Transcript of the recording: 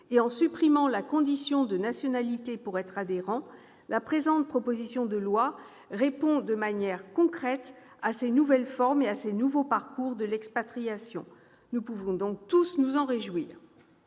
et en supprimant la condition de nationalité pour être adhérent, la présente proposition de loi répond de manière concrète à ces nouvelles formes et à ces nouveaux parcours de l'expatriation. Nous pouvons tous nous en réjouir.